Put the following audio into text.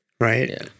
Right